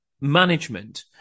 management